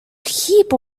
heap